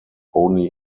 only